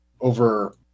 over